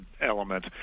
element